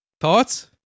thoughts